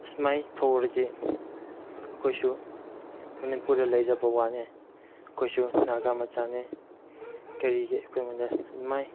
ꯑꯁꯨꯃꯥꯏ ꯇꯧꯔꯗꯤ ꯑꯩꯈꯣꯏꯁꯨ ꯃꯅꯤꯄꯨꯔꯗ ꯂꯩꯖꯕ ꯋꯥꯅꯦ ꯑꯩꯈꯣꯏꯁꯨ ꯅꯥꯒꯥ ꯃꯆꯥꯅꯦ ꯀꯔꯤꯒꯤ ꯑꯩꯈꯣꯏ ꯑꯩꯉꯣꯟꯗ ꯑꯗꯨꯃꯥꯏ